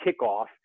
kickoff